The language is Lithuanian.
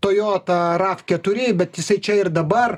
toyota rav keturi bet jisai čia ir dabar